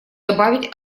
добавить